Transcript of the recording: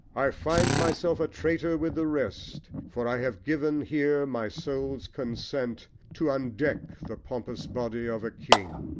i find myself a traitor with the rest, for i have given here my soul's consent to undeck the pompous body of a king.